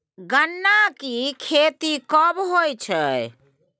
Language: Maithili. गन्ना की खेती कब होय छै?